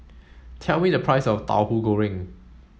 tell me the price of Tahu Goreng